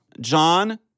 John